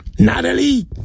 Natalie